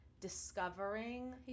discovering